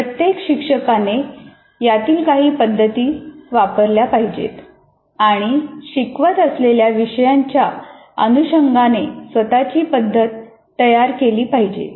प्रत्येक शिक्षकाने यातील काही पद्धती वापरल्या पाहिजेत आणि शिकवत असलेल्या विषयाच्या अनुषंगाने स्वतःची पद्धत तयार केली पाहिजे